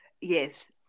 Yes